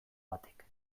batek